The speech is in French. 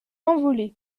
envolé